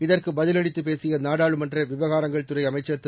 இதற்குப் பதிலளித்துப் பேசிய நாடாளுமன்ற விவகாரங்கள் துறை அமைச்சர் திரு